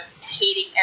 hating